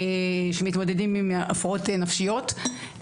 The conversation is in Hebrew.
שמתמודדים עם הפרעות נפשיות,